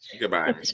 Goodbye